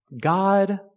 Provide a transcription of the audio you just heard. God